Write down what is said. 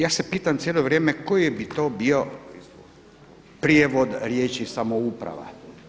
Ja se pitam cijelo vrijeme koji bi to bio prijevod riječi samouprava.